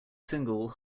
single